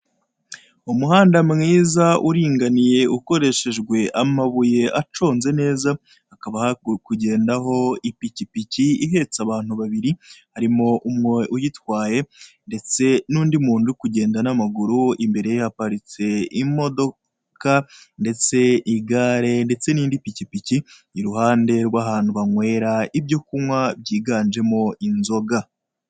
Umuhanda mwiza uringaniye, ukoreshejwe amabuye aconze neza, hakaba harikugendaho ipiki piki ihetse abantu babairi harimo umwe ayitwaye, ndetse nundi muntu urikugenda namaguru imbereye haparitse imodoka, ndetse igare ndetse nindi pikipiki, iruhande rwahantu banywera ibyo kunywa byiganjemo inzoga.